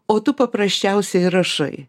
o tu paprasčiausiai rašai